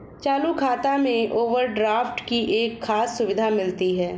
चालू खाता में ओवरड्राफ्ट की एक खास सुविधा मिलती है